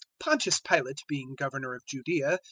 pontius pilate being governor of judaea,